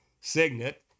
signet